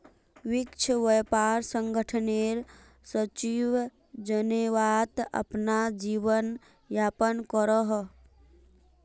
विश्व व्यापार संगठनेर सचिव जेनेवात अपना जीवन यापन करोहो